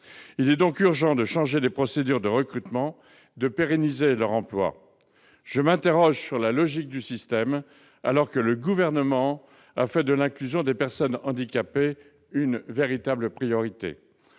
Il est donc urgent de changer les procédures de recrutement et de pérenniser l'emploi des AVS. Je m'interroge sur la logique du système, alors que le Gouvernement a fait de l'inclusion des personnes handicapées une véritable priorité.